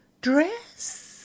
dress